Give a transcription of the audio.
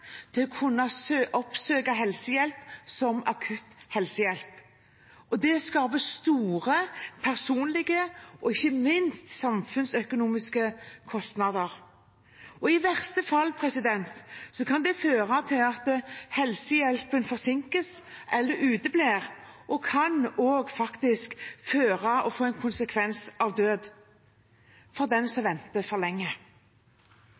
til å kunne oppsøke helsehjelp som akutt helsehjelp. Det skaper store personlige og ikke minst samfunnsøkonomiske kostnader. I verste fall kan det føre til at helsehjelpen forsinkes eller uteblir, og det kan også føre til død som konsekvens for den som venter for lenge.